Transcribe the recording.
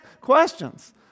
questions